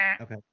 Okay